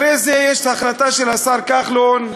אחרי זה יש החלטה של השר כחלון,